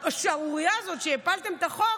בשערורייה הזאת שבה הפלתם את החוק,